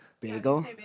Bagel